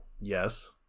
yes